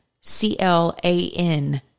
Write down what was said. C-L-A-N